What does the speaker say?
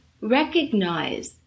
recognize